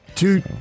Two